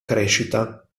crescita